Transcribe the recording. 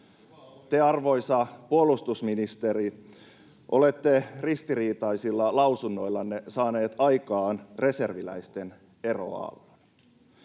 Te, arvoisa puolustusministeri, olette ristiriitaisilla lausunnoillanne saanut aikaan reserviläisten eroaallon.